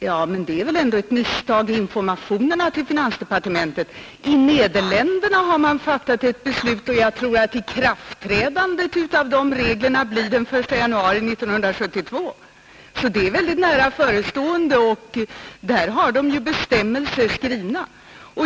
Men det berodde väl ändå på ett misstag i informationerna till finansdepartementet. I Nederländerna har man fattat ett beslut om indexreglering, och jag tror att ikraftträdandet av de reglerna sker den 1 januari 1972. Det är mycket nära förestående, och där har de ju bestämmelser skrivna.